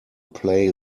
play